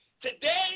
Today